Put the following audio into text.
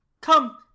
Come